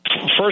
first